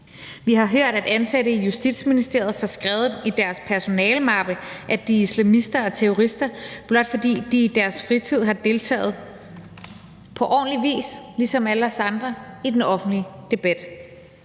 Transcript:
Vi har hørt, at ansatte i Justitsministeriet får skrevet i deres personalemappe, at de er islamister og terrorister, blot fordi de i deres fritid har deltaget, på ordentlig vis ligesom alle os andre, i den offentlige debat.